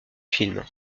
film